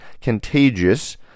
contagious